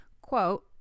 quote